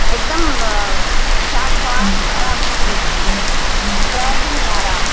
ایک دم شاٹ ہوا خراب ہو گئی ایک دم ڈرایر بھی نہیں آ رہا اب